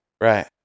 Right